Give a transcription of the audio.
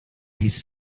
his